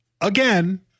again